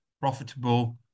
profitable